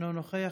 אינו נוכח,